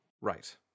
Right